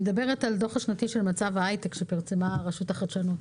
לדוח השנתי של מצב ההייטק שפרסמה הרשות לחדשנות.